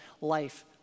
life